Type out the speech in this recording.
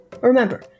Remember